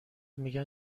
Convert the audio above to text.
میگن